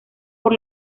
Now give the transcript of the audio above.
por